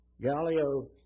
Galileo